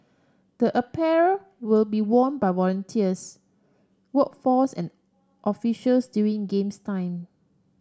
the apparel will be worn by volunteers workforce and officials during games time